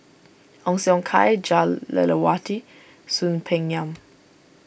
Ong Siong Kai Jah Lelawati Soon Peng Yam